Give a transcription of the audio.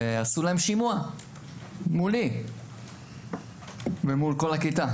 עשו להם שימוע מולי ומול כל הכיתה,